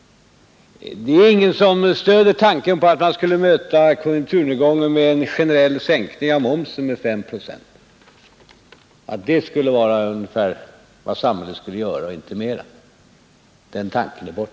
Det är ingen som stöder tanken på att det praktiskt taget enda som samhället skulle göra för att möta konjunkturnedgången vore att företa en generell sänkning av momsen med 5 procent. Den tanken är borta.